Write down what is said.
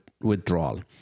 withdrawal